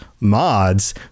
mods